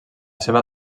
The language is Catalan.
seva